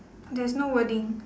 there's no wording